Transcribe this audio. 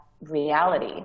reality